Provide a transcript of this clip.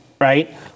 right